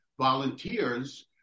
volunteers